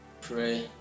Pray